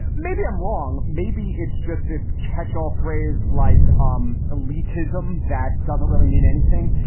and maybe i'm wrong. maybe it's just this catchall phrase like um elitism. that doesn't really mean anything,